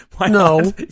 no